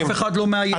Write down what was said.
אף אחד לא מאיים.